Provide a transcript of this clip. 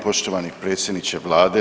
Poštovani predsjedniče Vlade.